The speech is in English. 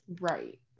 Right